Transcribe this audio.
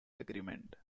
agreement